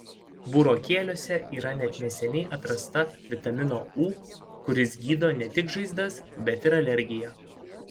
burokėliuose yra net neseniai atrasto vitamino u kuris gydo ne tik žaizdas bet ir alergiją